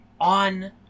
on